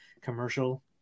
commercial